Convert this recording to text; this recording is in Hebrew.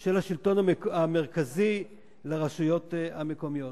של השלטון המרכזי לרשויות המקומיות.